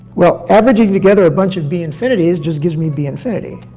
well, averaging together a bunch of b infinities just gives me b infinity.